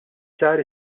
sar